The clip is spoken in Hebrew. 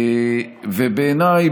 ובעיניי,